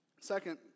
Second